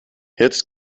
jetzt